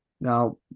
Now